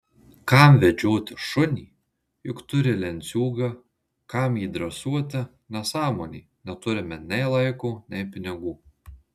kam vedžioti šunį juk turi lenciūgą kam jį dresuoti nesąmonė neturime nei laiko nei pinigų